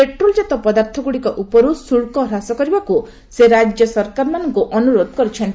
petrol ଜାତ ପଦାର୍ଥଗୁଡ଼ିକ ଉପରୁ ଶୁଳ୍କ ହ୍ରାସ କରିବାକୁ ସେ ରାଜ୍ୟ ସରକାରମାନଙ୍କୁ ଅନୁରୋଧ କରିଛନ୍ତି